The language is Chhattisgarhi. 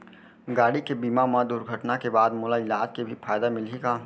गाड़ी के बीमा मा दुर्घटना के बाद मोला इलाज के भी फायदा मिलही का?